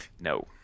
No